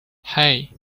hey